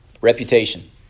Reputation